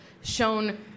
shown